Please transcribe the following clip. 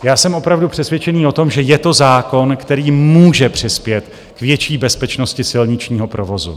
Já jsem opravdu přesvědčený o tom, že je to zákon, který může přispět k větší bezpečnosti silničního provozu.